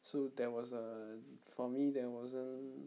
so there was err for me there wasn't